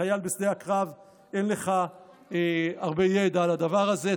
כחייל בשדה הקרב אין לך הרבה ידע על הדבר הזה.